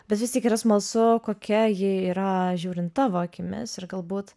bet vis tiek yra smalsu kokia ji yra žiūrint tavo akimis ir galbūt